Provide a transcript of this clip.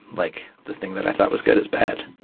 like the thing that i thought was good is bad.